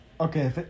Okay